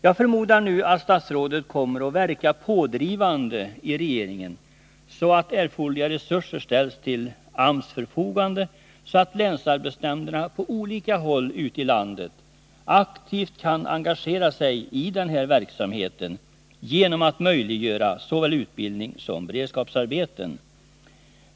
Jag förmodar att statsrådet nu kommer att verka pådrivande i regeringen för att erforderliga resurser ställs till AMS förfogande, så att länsarbetsnämnderna ute i landet aktivt kan engagera sig i den här verksamheten genom att möjliggöra såväl utbildning som beredskapsarbeten.